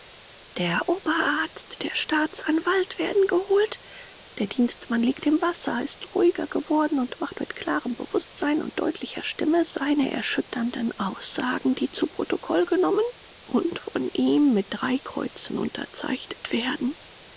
der oberarzt der staatsanwalt werden geholt der dienstmann liegt im wasser ist ruhiger geworden und macht mit klarem bewußtsein und deutlicher stimme seine erschütternden aussagen die zu protokoll genommen und von ihm mit drei kreuzen unterzeichnet werden